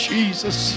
Jesus